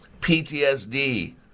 PTSD